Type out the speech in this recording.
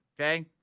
okay